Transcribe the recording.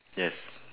yes